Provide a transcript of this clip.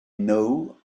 know